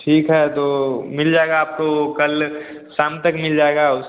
ठीक है तो मिल जाएगा आपको कल शाम तक मिल जाएगा उस